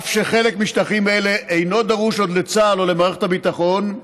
אף שחלק משטחים אלו אינו דרוש עוד לצה"ל או למערכת הביטחון,